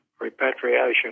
repatriation